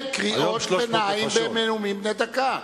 רבותי, אין קריאות ביניים בנאומים בני דקה.